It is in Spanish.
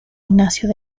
ignacio